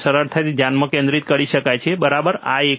તેથી તે સરળતાથી ધ્યાન કેન્દ્રિત કરી શકાય છે બરાબર આ એક